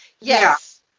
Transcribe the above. Yes